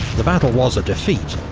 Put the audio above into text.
the battle was a defeat,